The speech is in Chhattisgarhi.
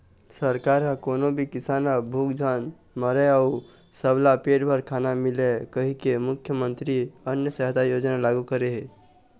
सरकार ह कोनो भी किसान ह भूख झन मरय अउ सबला पेट भर खाना मिलय कहिके मुख्यमंतरी अन्न सहायता योजना लागू करे हे